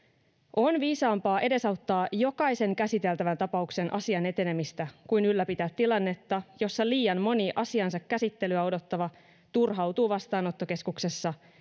on viisaampaa edesauttaa jokaisen käsiteltävän tapauksen asian etenemistä kuin ylläpitää tilannetta jossa liian moni asiansa käsittelyä odottava turhautuu vastaanottokeskuksessa